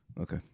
Okay